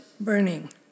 burning